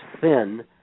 thin